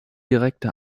direkte